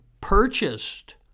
purchased